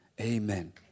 Amen